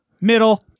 Middle